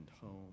home